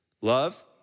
Love